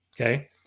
Okay